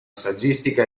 saggistica